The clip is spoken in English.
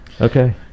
Okay